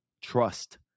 trust